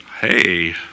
hey